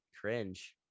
cringe